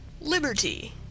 Liberty